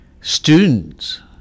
Students